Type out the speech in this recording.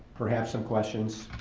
perhaps some questions,